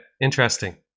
interesting